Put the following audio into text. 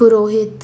पुरोहीत